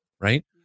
right